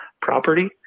property